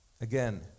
again